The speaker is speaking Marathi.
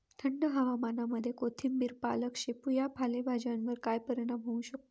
थंड हवामानामध्ये कोथिंबिर, पालक, शेपू या पालेभाज्यांवर काय परिणाम होऊ शकतो?